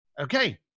Okay